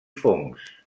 fongs